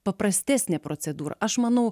paprastesnė procedūra aš manau